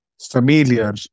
familiar